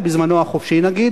בזמנו החופשי נגיד,